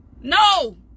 No